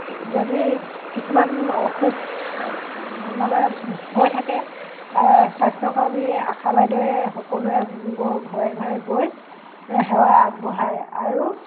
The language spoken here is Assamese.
যদি কিছুমান অসুখ মানে হৈ থাকে স্বাস্থ্যকৰ্মী আশা বাইদেৱে সকলোৱে গৈ ঘৰে ঘৰে গৈ সেৱা আগবঢ়ায় আৰু